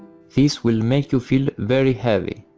this will make you feel very heavy.